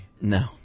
No